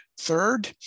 Third